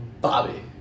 Bobby